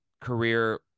career